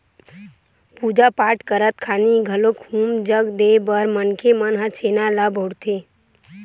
पूजा पाठ करत खानी घलोक हूम जग देय बर मनखे मन ह छेना ल बउरथे